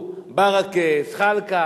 ובמיוחד בקהילה הבין-לאומית,